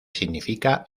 significa